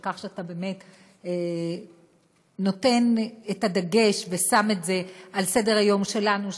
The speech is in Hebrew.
על כך שאתה באמת נותן את הדגש ושם את זה על סדר-היום שלנו,